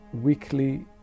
weekly